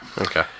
Okay